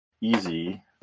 easy